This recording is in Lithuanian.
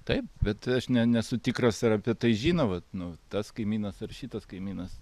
taip bet aš ne nesu tikras ar apie tai žino vat nu tas kaimynas ar šitas kaimynas